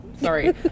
Sorry